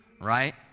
right